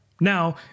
Now